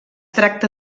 tracta